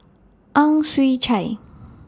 Ang Chwee Chai